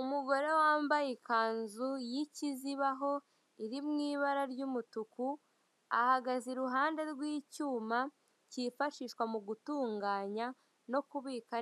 Umugore wambaye ikanzu y'ikizibaho, iri mu ibara ry'umutuku, ahagaze imbere y'icyuma cyifashishwa mu gutunganya no kubika